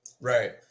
Right